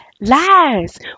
Lies